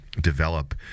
develop